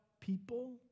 people